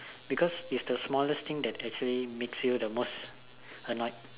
because it's the smallest thing that makes you the most annoyed